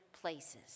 places